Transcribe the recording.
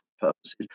purposes